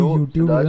YouTube